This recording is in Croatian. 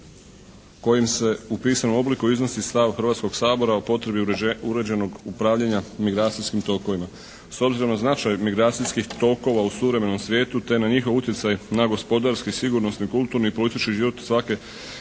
kojim se u pisanom obliku iznosi stav Hrvatskog sabora o potrebi uređenog upravljanja migracijskim tokovima. S obzirom na značaj migracijskih tokova u suvremenom svijetu te na njihov utjecaj na gospodarski, sigurnosni, kulturni i politički život svake države